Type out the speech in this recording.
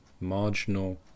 marginal